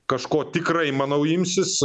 kažko tikrai manau imsis